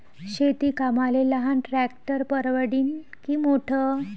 शेती कामाले लहान ट्रॅक्टर परवडीनं की मोठं?